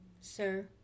Sir